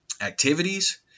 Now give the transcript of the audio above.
activities